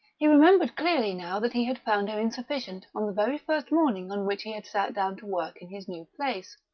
he remembered clearly now that he had found her insufficient on the very first morning on which he had sat down to work in his new place.